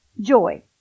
joy